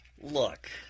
Look